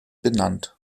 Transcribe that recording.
benannt